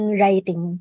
writing